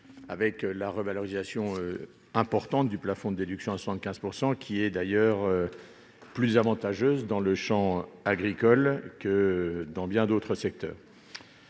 avec la revalorisation importante du plafond de déduction à 75 %. C'est d'ailleurs plus avantageux dans le champ agricole que dans bien d'autres secteurs.